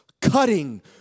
cutting